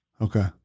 Okay